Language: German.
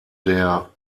der